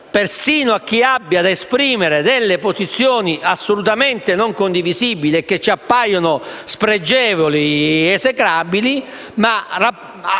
persino a chi abbia da esprimere delle posizioni assolutamente non condivisibili, che ci appaiono spregevoli ed esecrabili. Dobbiamo accettare